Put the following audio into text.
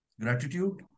gratitude